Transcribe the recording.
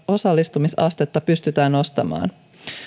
osallistumisastetta pystytään nostamaan